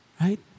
right